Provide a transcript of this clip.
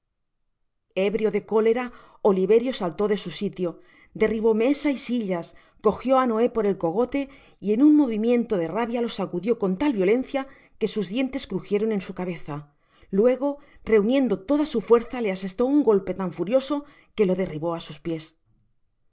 ebrio de cólera oliverio saltó de su sitio derribó mesa y sillas cogió á noé por el cogote y en un movimiento de rabia lo sacudió con tal violencia que sus dientes crugieron en su cabeza luego reuniendo toda su fuerza le asestó un golpe tan furioso que lo derribo á sus piés